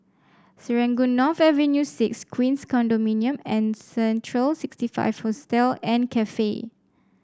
Serangoon North Avenue Six Queens Condominium and Central sixty five Hostel and Cafe